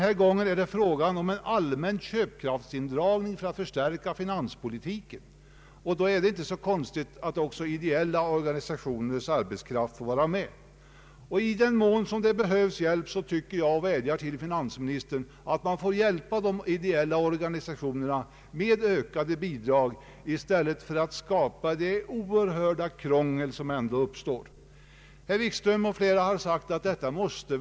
Denna gång är det fråga om en allmän köpkraftsindragning för att stärka finanspolitiken. Då är det inte så konstigt att också ideella organisationers arbetskraft berörs. I den mån som det behövs hjälp, vädjar jag till finansministern att hjälpa de ideella organisationerna med ökade bidrag i stället för att skapa det oerhörda krångel som ändå uppstår genom förslaget om undantag från arbetsgivaravgift för ideella organisationer.